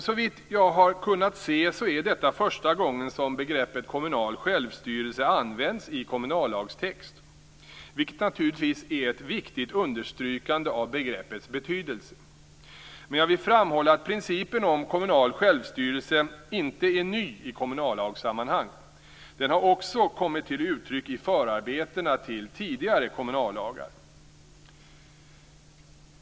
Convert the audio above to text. Såvitt jag har kunnat se är detta första gången som begreppet "kommunal självstyrelse" används i kommunallagstext, vilket naturligtvis är ett viktigt understrykande av begreppets betydelse. Men jag vill framhålla att principen om kommunal självstyrelse inte är ny i kommunallagssammanhang. Den har också kommit till uttryck i förarbetena till tidigare kommunallagar.